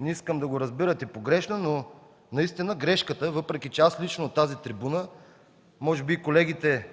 Не искам да го разбирате погрешно, но наистина грешката, въпреки че лично аз от тази трибуна, може би колегите